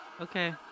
Okay